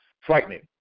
Frightening